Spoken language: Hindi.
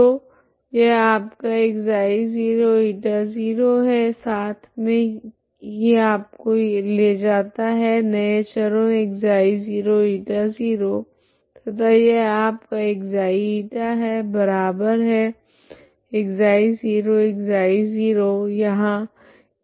तो यह आपका ξ0 η0 है साथ मे की आपको ले जाता है नए चरों ξ0 η0 तथा यह आपका ξ η है बराबर है ξ0 ξ0 यहाँ